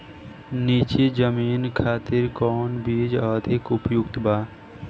नीची जमीन खातिर कौन बीज अधिक उपयुक्त बा?